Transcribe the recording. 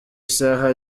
isaha